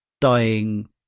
dying